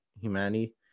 humanity